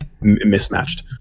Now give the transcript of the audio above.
mismatched